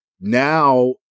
Now